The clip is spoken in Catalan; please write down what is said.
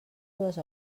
dues